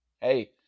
Hey